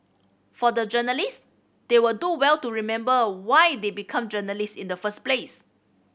for the journalist they would do well to remember why they become journalist in the first place